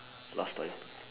last time